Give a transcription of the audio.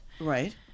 Right